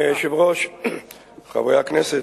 אדוני היושב-ראש, חברי הכנסת,